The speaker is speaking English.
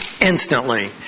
instantly